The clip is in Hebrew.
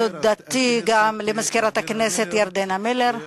תודתי גם למזכירת הכנסת ירדנה מלר.